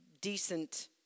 decent